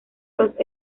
los